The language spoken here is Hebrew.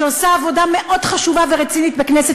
שעושה עבודה מאוד חשובה ורצינית בכנסת